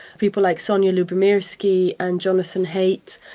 people like sonja lyubomirsky and jonathan haidt,